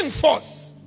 force